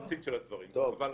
להדליק משואה בשנה הבאה.